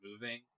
moving